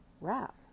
wrap